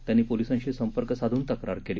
त्यांनी पोलिसांशी संपर्क साधून तक्रार केली